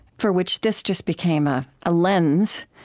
for which this just became a ah lens